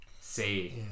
say